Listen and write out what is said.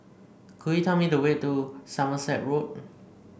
could you tell me the way to Somerset Road